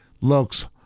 looks